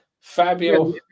Fabio